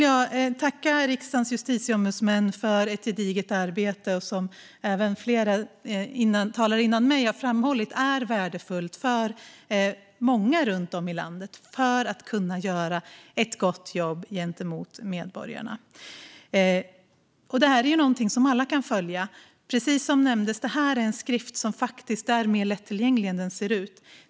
Jag tackar riksdagens justitieombudsmän för ett gediget arbete, vilket flera talare före mig har framhållit är värdefullt för många runt om i landet för att de ska kunna göra ett gott jobb gentemot medborgarna. Precis som nämndes kan alla följa detta, för det här är en skrift som är mer lättillgänglig än den ser ut.